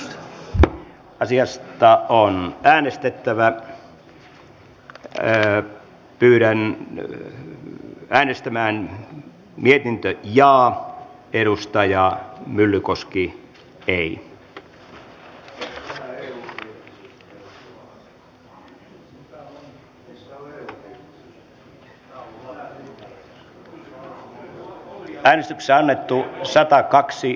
jari myllykoski on harry wallinin kannattamana ehdottanut että pykälä hyväksytään edustajille jaetun muutosehdotuksen mukaisena